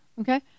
Okay